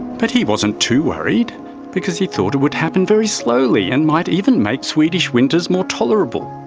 but he wasn't too worried because he thought it would happen very slowly and might even make swedish winters more tolerable.